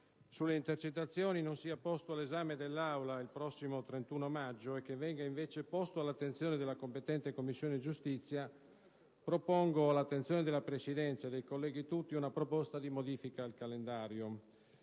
sulle intercettazioni non sia posto all'esame dell'Aula il prossimo 31 maggio e che venga invece posto all'attenzione della competente Commissione giustizia, propongo all'attenzione della Presidenza e dei colleghi tutti una proposta di modifica al calendario.